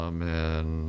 Amen